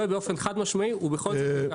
באופן חד משמעי הוא בכל זאת מותקף.